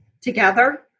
together